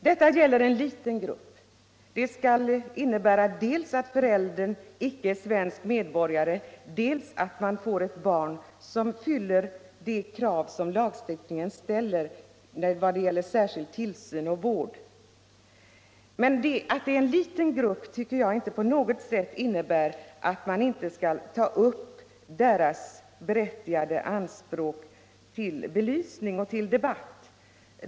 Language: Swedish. Detta gäller en liten grupp där föräldern dels icke är svensk medborgare, dels får ett barn som fyller de krav lagstiftningen ställer vad gäller särskild tillsyn och vård. Men att det är en liten grupp tycker jag inte innebär att man inte skall ta upp denna grupps berättigade anspråk till belysning och debatt.